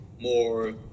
more